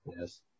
yes